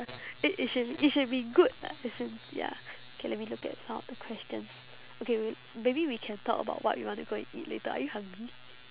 it it should be it should be good lah I think ya okay let me look at some of the questions okay may~ maybe we can talk about what we want to go and eat later are you hungry